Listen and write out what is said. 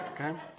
Okay